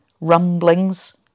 rumblings